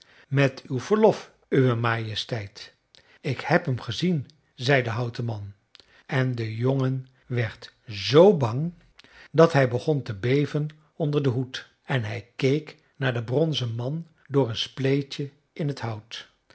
met uw verlof uwe majesteit ik heb hem gezien zei de houten man en de jongen werd z bang dat hij begon te beven onder den hoed en hij keek naar den bronzen man door een spleetje in t hout